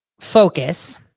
focus